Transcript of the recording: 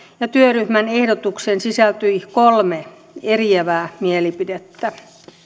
ja työryhmän ehdotukseen sisältyi kolme eriävää mielipidettä